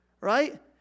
right